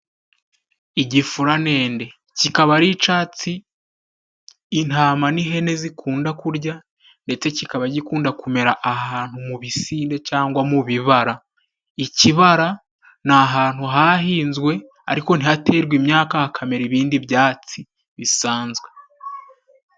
Igifuranende; kikaba ari icyatsi intama n'ihene zikunda kurya ndetse kikaba gikunda kumera ahantu mu bisinde cyangwa mu bibara. Ikibara ni ahantu hahinzwe ariko ntihaterwe imyaka hakamera ibindi byatsi bisanzwe.